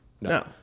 No